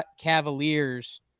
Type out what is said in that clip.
Cavaliers